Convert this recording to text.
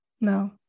No